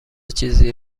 چیزی